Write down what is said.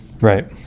Right